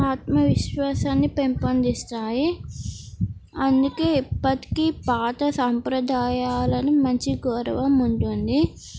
ఆత్మవిశ్వాసాన్ని పెంపొందిస్తాయి అందుకే ఇప్పటికీ పాత సంప్రదాయాలను మంచి గౌరవం ఉంటుంది